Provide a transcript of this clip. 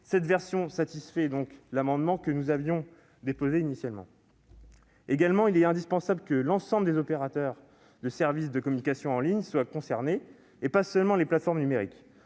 Elle satisfait donc l'amendement que nous avions déposé initialement. Il est également indispensable que l'ensemble des opérateurs de service de communication en ligne soit concerné, et non pas seulement les plateformes numériques.